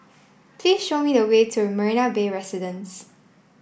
please show me the way to Marina Bay Residences